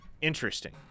Interesting